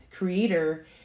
Creator